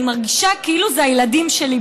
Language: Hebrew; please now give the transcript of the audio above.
אני מרגישה כאילו זה הילדים שלי.